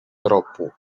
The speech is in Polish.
tropu